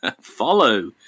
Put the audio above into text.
follow